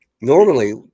Normally